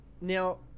Now